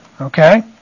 Okay